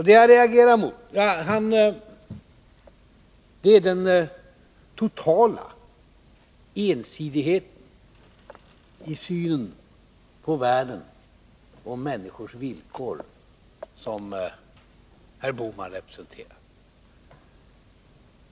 Det jag reagerar mot är den totala ensidigheten i synen på världen och människors villkor som herr Bohman representerar.